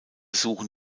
suchen